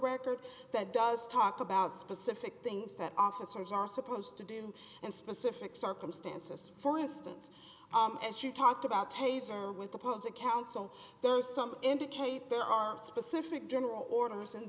record that does talk about specific things that officers are supposed to do and specific circumstances for instance and she talked about taser with opposing counsel there was some indicate there are specific general orders and